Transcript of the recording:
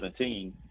2017